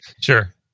Sure